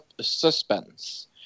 suspense